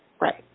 Right